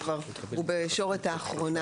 הוא כבר בישורת האחרונה.